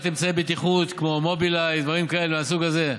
אמצעי בטיחות כמו מובילאיי ודברים כאלה מהסוג הזה,